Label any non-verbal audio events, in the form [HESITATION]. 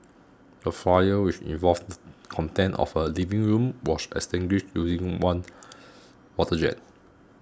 the fire which involved [HESITATION] contents of a living room was extinguished using one water jet